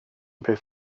beth